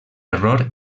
error